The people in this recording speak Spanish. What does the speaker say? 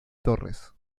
torres